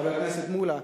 חבר הכנסת מולה,